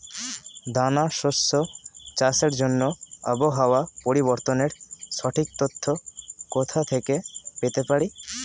দানা শস্য চাষের জন্য আবহাওয়া পরিবর্তনের সঠিক তথ্য কোথা থেকে পেতে পারি?